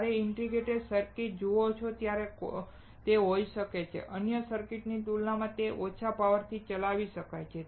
જ્યારે તમે integrated circuit જુઓ છો ત્યારે તે હોઈ શકે છે કે અન્ય સર્કિટની તુલનામાં તે ઓછા પાવરથી ચલાવી શકાય છે